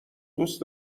دوست